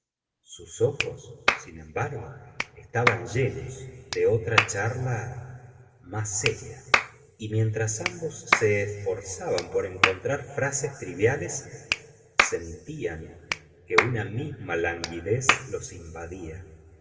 sus ojos sin embargo estaban llenos de otra charla más seria y mientras ambos se esforzaban por encontrar frases triviales sentían que una misma languidez los invadía